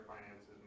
finances